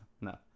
No